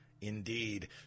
Indeed